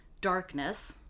darkness